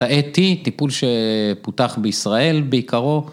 האתי, טיפול שפותח בישראל בעיקרו.